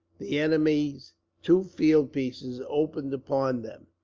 the enemy's two field pieces opened upon them.